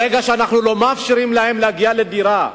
ברגע שאנחנו לא מאפשרים להם להגיע לדירה,